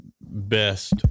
best